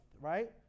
right